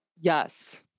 yes